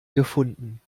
gefunden